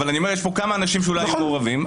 יש פה כמה אנשים שאולי היו מעורבים.